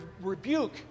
rebuke